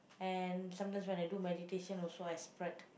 and sometimes when I do meditation also I spread